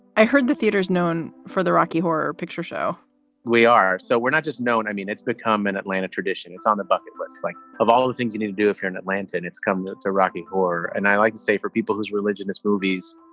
i heard the theater's known for the rocky horror picture show we are, so we're not just known. i mean, it's become an atlanta tradition. it's on the bucket list like of all the things you need to do if you're in atlanta and it's come to rocky or and i like say, for people whose religion is movies,